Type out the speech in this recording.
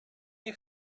nie